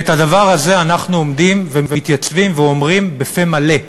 את הדבר הזה אנחנו מתייצבים ואומרים בפה מלא.